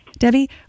Debbie